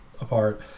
apart